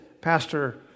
pastor